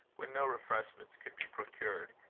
when no refreshments could be procured,